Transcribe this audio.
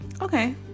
Okay